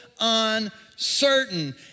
uncertain